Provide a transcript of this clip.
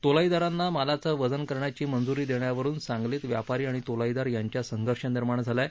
तोलाईदारांना मालाचं वजन करण्याची मजूरी देण्यावरून सांगलीत व्यापारी आणि तोलाईदार यांच्याच संघर्ष निर्माण झाला आहे